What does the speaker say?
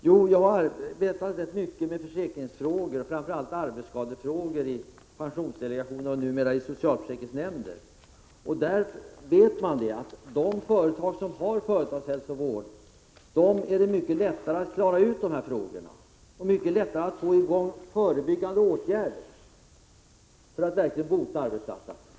Jo, jag har arbetat ganska mycket med försäkringsfrågor och framför allt arbetsskadefrågor i pensionsdelegationen och numera i socialförsäkringsnämnden, där man vet att de företag som har företagshälsovård har mycket lättare att klara hälsovården och att få i gång förebyggande åtgärder på arbetsplatserna.